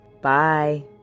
Bye